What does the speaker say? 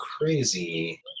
crazy